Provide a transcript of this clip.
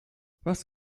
was